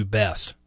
best